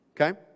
Okay